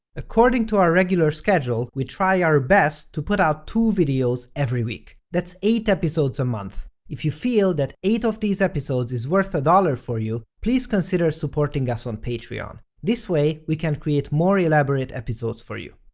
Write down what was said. according to our regular schedule, we try our best to put out two videos videos every week. that's eight episodes a month. if you feel that eight of these episodes is worth a dollar for you, please consider supporting us on patreon. this way, we can create more elaborate episodes for you.